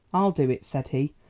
i'll do it, said he.